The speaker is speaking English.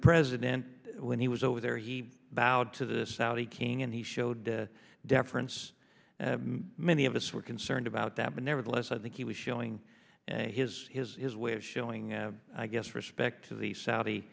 president when he was over there he bowed to the saudi king he showed the difference many of us were concerned about that but nevertheless i think he was showing his his way of showing i guess respect to the